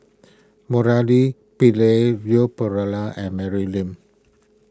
Murali Pillai Leon Perera and Mary Lim